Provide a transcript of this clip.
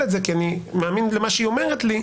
את זה כי אני מאמין במה שהיא אומרת לי,